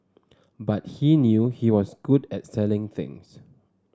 but he knew he was good at selling things